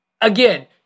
again